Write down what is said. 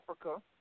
Africa